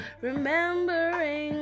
Remembering